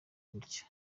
gutya